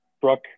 Brooke